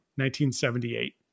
1978